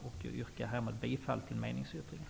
Jag yrkar härmed bifall till meningsyttringen.